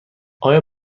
آیا